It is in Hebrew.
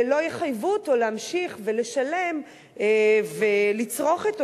ולא יחייבו אותו להמשיך ולשלם ולצרוך את